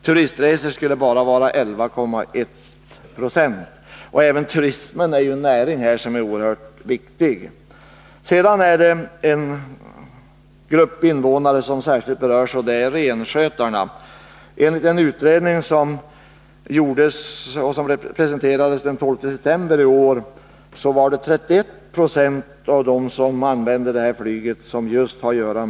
Turistresor skulle alltså bara förekomma till 11,1 96, och jag vill tillägga att även turismen är en oerhört viktig näring i det här området. En grupp invånare som särskilt berörs är renskötarna. Enligt en utredning som har gjorts och som presenterades den 12 september i år har 31 90 av dem som använder flyget anknytning till just renskötseln.